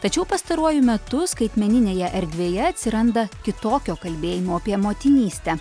tačiau pastaruoju metu skaitmeninėje erdvėje atsiranda kitokio kalbėjimo apie motinystę